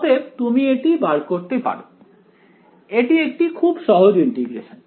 অতএব তুমি এটি বার করতে পারো এটি একটি খুব সহজ ইন্টিগ্রেশন